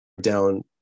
down